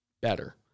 better